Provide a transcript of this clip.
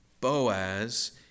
Boaz